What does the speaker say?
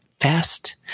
fast